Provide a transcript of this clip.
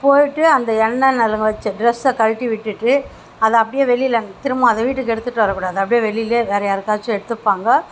போய்ட்டு அந்த எண்ணெய் நலங்கு வெச்ச டிரெஸ்ஸை கழுட்டி விட்டுவிட்டு அதை அப்டே வெளியில் அதை திரும்ப அதை வீட்டுக்கு எடுத்துகிட்டு வர கூடாது அப்டே வெளிலேயே வேற யாருக்காச்சும் எடுத்துப்பாங்க